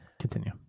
continue